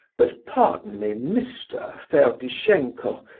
but, pardon me, mr. ferdishenko,